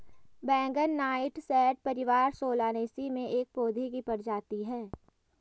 बैंगन नाइटशेड परिवार सोलानेसी में एक पौधे की प्रजाति है